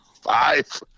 five